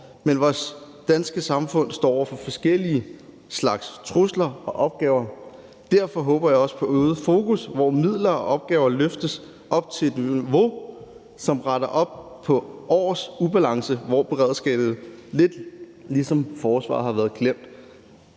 Men vores danske samfund står over for forskellige slags trusler og opgaver, og derfor håber jeg også på et øget fokus, hvor midler til opgaver løftes op til et niveau, som retter op på års ubalance, hvor beredskabet lidt ligesom forsvaret har været glemt.